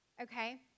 Okay